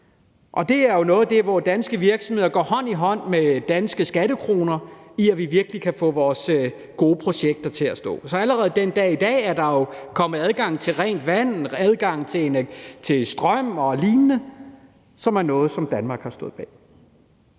en pulserende storby. Her går danske virksomheder hånd i hånd med danske skattekroner, så vi virkelig kan få vores gode projekter op at stå. Så allerede den dag i dag er der jo kommet adgang til rent vand, adgang til strøm og lignende, og det er noget, Danmark har stået bag.